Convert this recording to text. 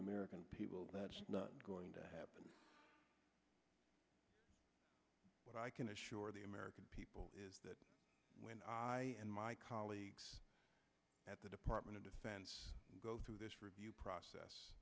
american people that's not going to happen but i can assure the american people is that when i and my colleagues at the department of defense go through this review